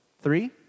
Three